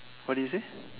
what did you say